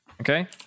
Okay